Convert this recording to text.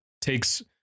takes